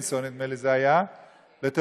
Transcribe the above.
נדמה לי שזה היה בבילינסון,